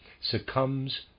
succumbs